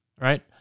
right